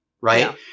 right